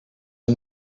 een